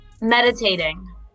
meditating